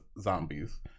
zombies